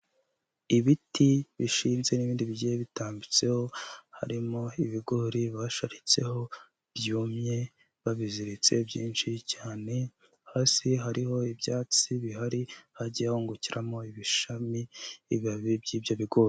Ibiti bishinze n'ibindi bigiye bitambitseho, harimo ibigori basharitseho byumye, babiziritse byinshi cyane hasi, hariho ibyatsi bihari hagiye hohungukiramo ibishami'ibibabi by'ibyo bigori.